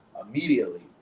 immediately